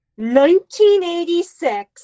1986